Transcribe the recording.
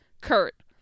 Kurt